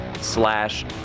slash